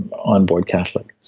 onboard catholic